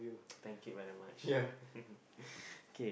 thank you very much okay